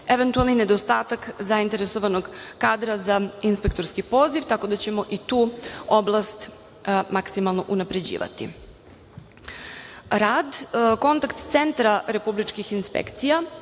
eventualni nedostatak zainteresovanog kadra za inspektorski poziv, tako da ćemo i tu oblast maksimalno unapređivati. Rad kontakt centra republičkih inspekcija